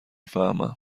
فهمم